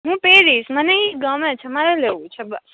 હું પેરિસ મને ઇ ગમે છે મારે લેવું છે બસ